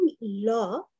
law